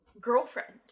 girlfriend